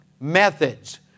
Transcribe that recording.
methods